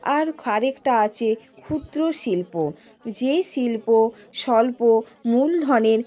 আর আরেকটা আছে ক্ষুদ্র শিল্প যে শিল্প স্বল্প মূলধনের